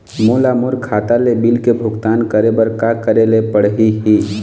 मोला मोर खाता ले बिल के भुगतान करे बर का करेले पड़ही ही?